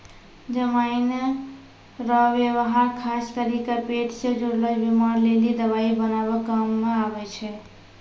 जमाइन रो वेवहार खास करी के पेट से जुड़लो बीमारी लेली दवाइ बनाबै काम मे आबै छै